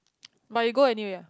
but you go anywhere ah